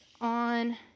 on